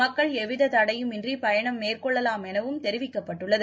மக்கள் எவ்விததடையும் இன்றி பயணம் மேற்கொள்ளலாம் எனவும் தெரிவிக்கப்பட்டுள்ளது